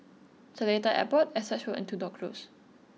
Seletar Airport Essex Road and Tudor Close